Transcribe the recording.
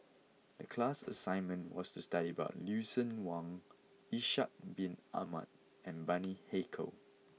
the class assignment was to study about Lucien Wang Ishak Bin Ahmad and Bani Haykal